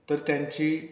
तर तेंची